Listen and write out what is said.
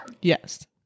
Yes